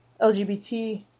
LGBT